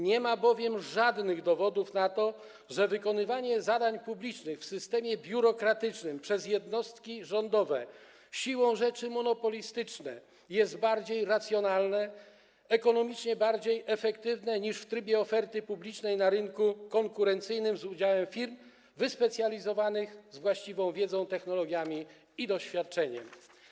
Nie ma bowiem żadnych dowodów na to, że wykonywanie zadań publicznych w systemie biurokratycznym przez jednostki rządowe, siłą rzeczy monopolistyczne, jest bardziej racjonalne, ekonomicznie bardziej efektywne niż w trybie oferty publicznej na rynku konkurencyjnym z udziałem firm wyspecjalizowanych, z właściwą wiedzą, technologiami i doświadczeniem.